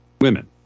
Women